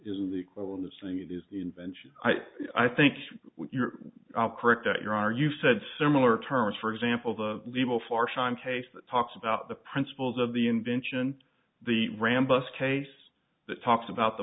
isn't the equivalent of saying it is the invention i i think you're correct that your are you've said similar terms for example the legal far shine case that talks about the principles of the invention the rambus case that talks about the